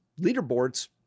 leaderboards